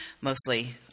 mostly